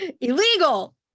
illegal